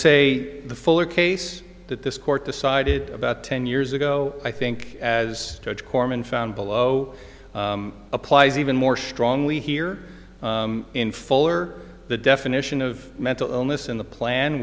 say the fuller case that this court decided about ten years ago i think as judge korman found below applies even more strongly here in fuller the definition of mental illness in the plan